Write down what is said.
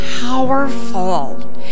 powerful